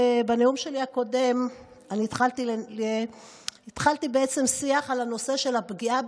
בנאומי הקודם התחלתי שיח בנושא הפגיעה